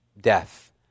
Death